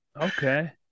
Okay